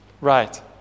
Right